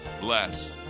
bless